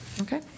Okay